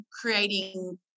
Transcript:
creating